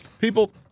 People